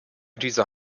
dieser